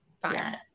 Fine